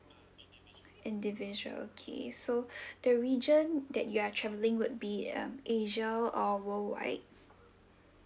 individual okay so the region that you are travelling would be um asia or worldwide